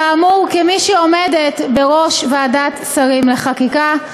כאמור, כמי שעומדת בראש ועדת שרים לחקיקה,